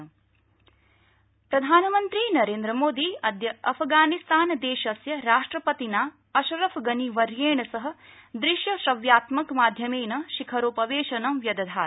प्रधानमन्त्री अफगानिस्तान प्रधानमन्त्री नरेन्द्रमोदी अद्य अफगानिस्तान देशस्य राष्ट्रपतिना अशरफ गनी वर्येण सह दृश्य श्रव्यात्मक माध्यमेन शिखरोपवेशनं व्यधात्